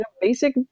basic